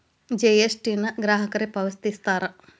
GST ನ ಗ್ರಾಹಕರೇ ಪಾವತಿಸ್ತಾರಾ